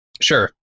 Sure